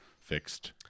fixed